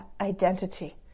identity